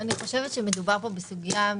אני חושבת שמדובר כאן בסוגיה משפטית.